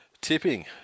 Tipping